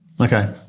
Okay